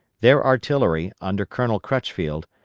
their artillery, under colonel crutchfield,